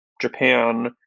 Japan